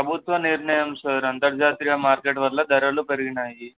ప్రభుత్వ నిర్ణయం సార్ అంతర్జాతీయ మార్కెట్ వల్ల ధరలు పెరిగినాయి